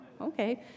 Okay